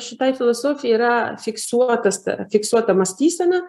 šitai filosofijai yra fiksuotas ta fiksuota mąstysena